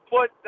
put